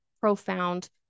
profound